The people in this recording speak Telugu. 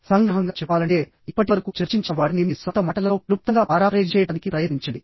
సంగ్రహంగా చెప్పాలంటే ఇప్పటివరకు చర్చించిన వాటిని మీ సొంత మాటలలో క్లుప్తంగా పారాఫ్రేజ్ చేయడానికి ప్రయత్నించండి